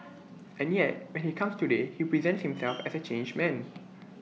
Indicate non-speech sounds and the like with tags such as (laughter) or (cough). (noise) and yet when he comes today he presents himself as A changed man